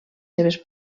seves